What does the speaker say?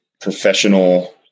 professional